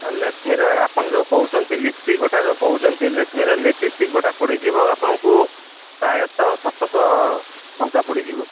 ଲାକ୍ମିର ଆପଣ ଯେଉଁ କହୁଛନ୍ତି ଲିପଷ୍ଟିକ ଗୋଟାକ ଯେଉଁ କହୁଛନ୍ତି ଲିପଷ୍ଟିକ ଗୋଟିକ ପଡ଼ିଯିବ ଆପଣଙ୍କୁ ପ୍ରାୟତଃ ସାତଶହ ଟଙ୍କା ପଡ଼ିଯିବ